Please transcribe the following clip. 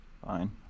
Fine